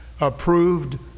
Approved